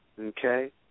okay